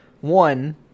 one